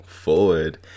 forward